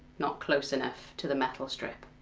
not close enough to the metal strip.